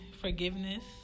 forgiveness